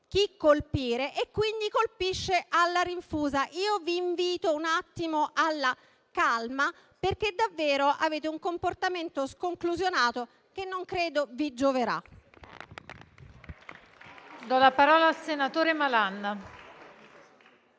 chi colpire e quindi colpisce alla rinfusa. Io vi invito un attimo alla calma, perché davvero avete un comportamento sconclusionato, che non credo vi gioverà.